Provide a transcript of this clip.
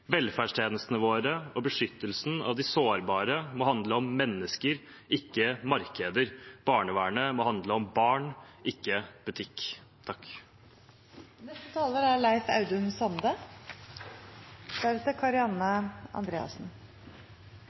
Velferdstjenestene våre og beskyttelsen av de sårbare må handle om mennesker, ikke om markeder. Barnevernet må handle om barn, ikke om butikk.